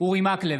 אורי מקלב,